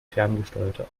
ferngesteuerte